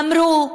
אמרו: